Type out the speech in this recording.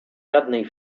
żadnej